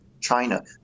China